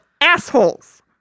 assholes